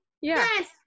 Yes